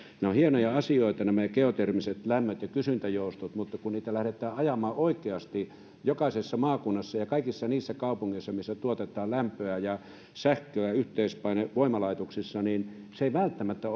ovat hienoja asioita nämä geotermiset lämmöt ja kysyntäjoustot mutta kun niitä lähdetään ajamaan oikeasti jokaisessa maakunnassa ja kaikissa niissä kaupungeissa missä tuotetaan lämpöä ja sähköä yhteisvoimalaitoksissa niin se ei välttämättä